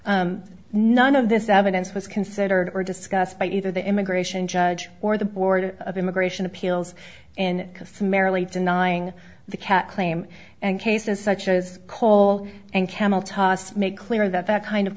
none of this evidence was considered or discussed by either the immigration judge or the board of immigration appeals and summarily denying the cat claim and cases such as coal and camel toss make clear that that kind of